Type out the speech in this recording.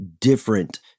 different